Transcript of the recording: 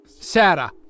Sarah